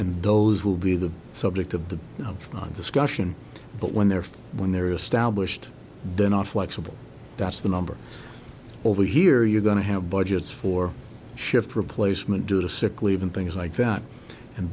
and those will be the subject of the discussion but when therefore when they're established then off flexible that's the number over here you're going to have budgets for shift replacement due to sick leave and things like that and